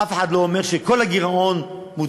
אף אחד לא אומר שכל הגירעון מוצדק.